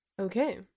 Okay